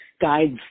guides